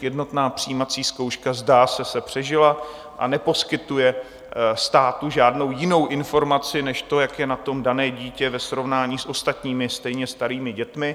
Jednotná přijímací zkouška, zdá se, se přežila a neposkytuje státu žádnou jinou informaci než to, jak je na tom dané dítě ve srovnání s ostatními stejně starými dětmi.